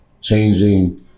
changing